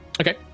Okay